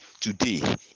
today